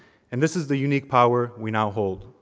and this is the unique power we now hold.